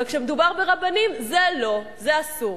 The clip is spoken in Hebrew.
אבל כשמדובר ברבנים, זה לא, זה אסור.